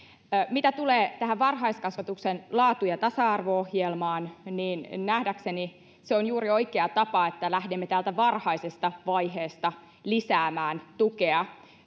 mitä tulee tähän varhaiskasvatuksen laatu ja tasa arvo ohjelmaan niin niin nähdäkseni se on juuri oikea tapa että lähdemme täältä varhaisesta vaiheesta lisäämään tukea